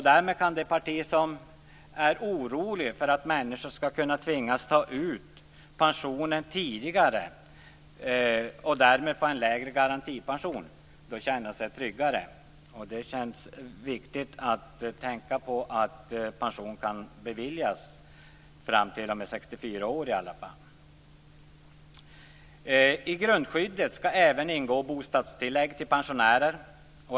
Därmed kan det parti som är oroligt för att människor skall tvingas ta ut pensionen tidigare och därmed få en lägre garantipension känna sig tryggare. Det är viktigt att tänka på att pension kan beviljas fram t.o.m. 64 års ålder i alla fall. I grundskyddet skall även ingå bostadstillägg till pensionärer.